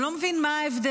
אני לא מבין מה ההבדל.